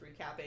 recapping